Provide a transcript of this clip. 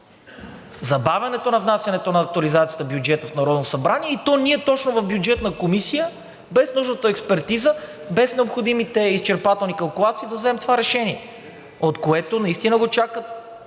забавянето на внасянето на актуализацията на бюджета в Народното събрание, и то ние точно в Бюджетната комисия, без нужната експертиза, без необходимите изчерпателни калкулации, да вземем това решение, което наистина го чакат